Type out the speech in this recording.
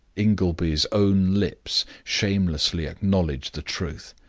ingleby's own lips shamelessly acknowledged the truth.